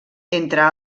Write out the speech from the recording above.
entre